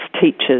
teachers